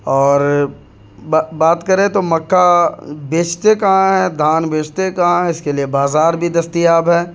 اور بات کریں تو مکا بیچتے کہاں ہیں دھان بیچتے کہاں ہیں اس کے لیے بازار بھی دستیاب ہے